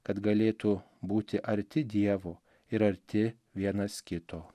kad galėtų būti arti dievo ir arti vienas kito